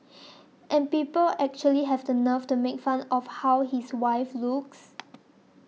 and people actually have the nerve to make fun of how his wife looks